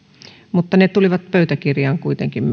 mutta ne tulivat pöytäkirjaan kuitenkin